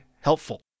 helpful